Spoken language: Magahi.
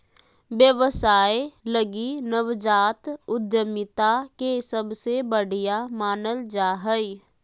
व्यवसाय लगी नवजात उद्यमिता के सबसे बढ़िया मानल जा हइ